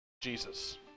Jesus